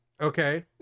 okay